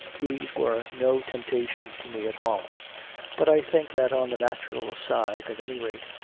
these were no temptation to me at all but i think that, on the natural side at any rate,